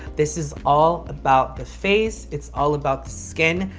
this is all about the face. it's all about skin.